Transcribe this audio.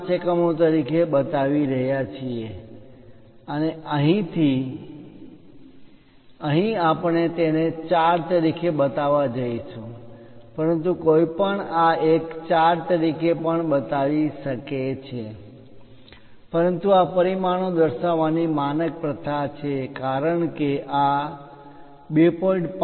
5 એકમો તરીકે બતાવી રહ્યા છીએ અને અહીં થી અહીં આપણે તેને 4 તરીકે બતાવવા જઈશું પરંતુ કોઈપણ આ એક 4 તરીકે પણ બતાવી શકે છે પરંતુ આ પરિમાણો દર્શાવવાની માનક પ્રથા છે કારણ કે આ 2